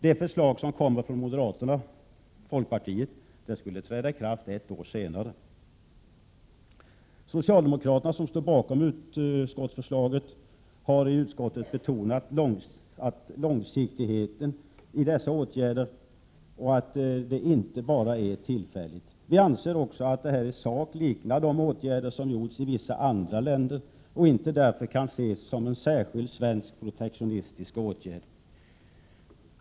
Det förslag som kommer från moderaterna och folkpartiet skulle träda i kraft ett år senare. Socialdemokraterna, som står bakom utskottsförslaget, har i utskottet betonat långsiktigheten i dessa åtgärder och att det inte bara är tillfälligt. Vi anser också att detta i sak liknar de åtgärder som gjorts i vissa andra länder och därför inte kan ses som en särskild svensk protektionistisk åtgärd.